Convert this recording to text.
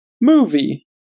movie